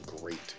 great